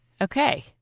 Okay